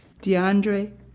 DeAndre